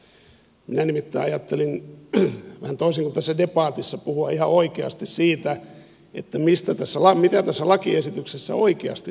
minä nimittäin ajattelin vähän toisin kuin tässä debatissa puhua ihan oikeasti siitä mitä tässä lakiesityksessä oikeasti säädetään